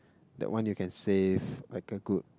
that one you can save like a good